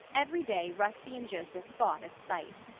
every day rusty and joseph fought at sight.